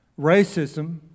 racism